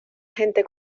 gente